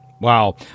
Wow